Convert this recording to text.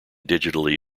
digitally